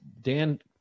Dan